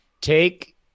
take